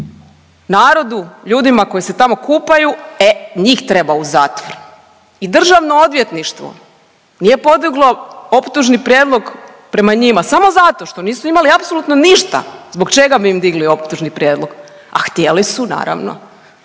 narodu, ljudima koji se tamo kupaju e njih treba u zatvor! I Državno odvjetništvo nije podiglo optužni prijedlog prema njima samo zato što nisu imali apsolutno ništa zbog čega bi im digli optužni prijedlog, a htjeli su naravno